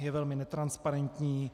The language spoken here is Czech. Je velmi netransparentní.